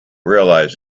realise